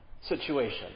situation